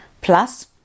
plus